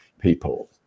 people